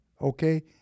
okay